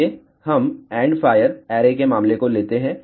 आइए हम endfire array के मामले को लेते हैं